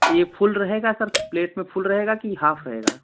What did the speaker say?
ये फुल रहेगा sir plate में फुल रहेगा कि हाफ़ रहेगा